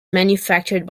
manufactured